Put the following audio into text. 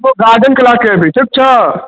एगो गार्जियनके लएके अबिह ठिक छौ